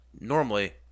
normally